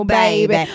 baby